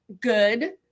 good